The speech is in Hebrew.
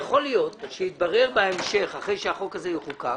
יכול להיות שיתברר בהמשך, אחרי שהחוק הזה יחוקק,